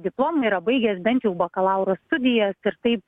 diplomą yra baigęs bent jau bakalauro studijas ir taip